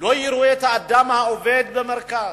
ולא יראו את האדם העובד במרכז,